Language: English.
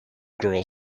girl